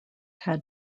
had